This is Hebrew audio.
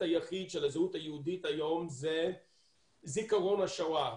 היחיד של הזהות היהודית היום זה זיכרון השואה,